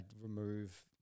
remove